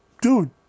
Dude